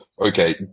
okay